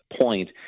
point